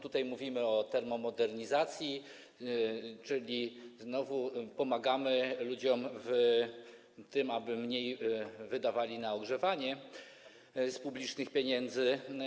Tutaj mówimy o termomodernizacji, czyli znowu pomagamy ludziom, aby mniej wydawali na ogrzewanie z publicznych pieniędzy.